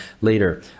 later